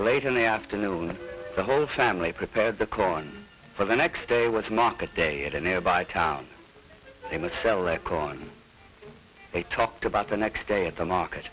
late in the afternoon the whole family prepared the corn for the next day which market day at a nearby town they must sell their corn they talked about the next day at the market